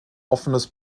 offenes